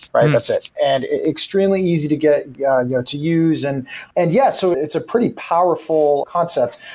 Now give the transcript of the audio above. right? that's it. and extremely easy to get yeah you know to use and and yeah, so it's a pretty powerful concept,